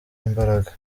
imbaraga